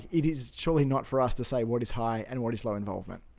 it is surely not for us to say what is high and what is low involvement.